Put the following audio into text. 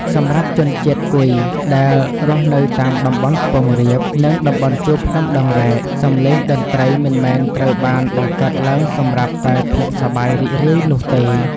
សម្រាប់ជនជាតិគុយដែលរស់នៅតាមតំបន់ខ្ពង់រាប និងតំបន់ជួរភ្នំដងរែក សម្លេងតន្ត្រីមិនមែនត្រូវបានបង្កើតឡើងសម្រាប់តែភាពសប្បាយរីករាយនោះទេ។